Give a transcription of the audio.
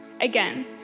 Again